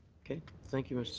okay. thank you.